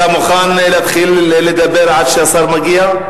אתה מוכן להתחיל לדבר עד שהשר יגיע?